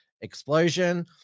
explosion